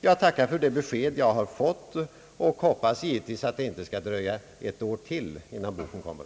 Jag tackar för det besked jag fått och hoppas givetvis att det inte skall dröja ett år till innan boken kommer.